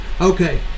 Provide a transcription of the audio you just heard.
okay